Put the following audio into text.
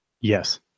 Yes